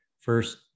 first